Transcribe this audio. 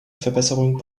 verbesserung